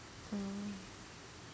mm